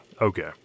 Okay